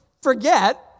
forget